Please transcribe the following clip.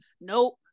nope